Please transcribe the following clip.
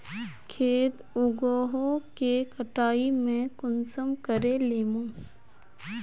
खेत उगोहो के कटाई में कुंसम करे लेमु?